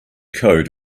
code